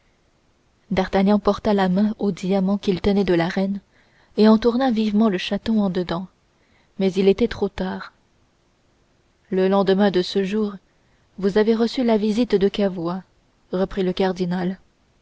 d'artagnan porta la main au diamant qu'il tenait de la reine et en tourna vivement le chaton en dedans mais il était trop tard le lendemain de ce jour vous avez reçu la visite de cavois reprit le cardinal